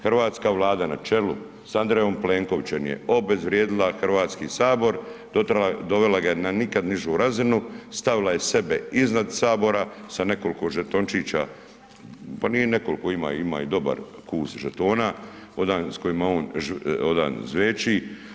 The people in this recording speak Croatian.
Hrvatska Vlada na čelu sa Andrejom Plenkovićem je obezvrijedila Hrvatski sabora, dovela ga je na nikad nižu razinu, stavila je sebe iznad Sabora sa nekoliko žetončića, pa nije nekoliko, ima dobar kus žetona onih s kojima on zveči.